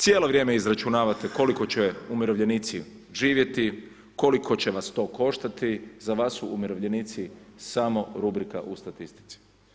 Cijelo vrijeme izračunavate koliko će umirovljenici živjeti, koliko će vas to koštati, za vas su umirovljenici samo rubrika u statistici.